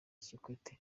kikwete